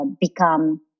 become